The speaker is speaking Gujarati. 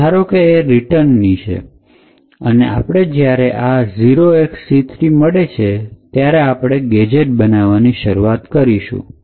હવે ધારો કે એ રિટર્ન માટેની છે અને આપણે જ્યારે આ 0XC3 મળે ત્યારે આપણે ગેજેટ્સ બનાવવાની શરૂઆત કરીશું